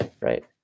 Right